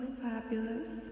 fabulous